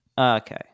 Okay